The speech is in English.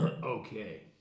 Okay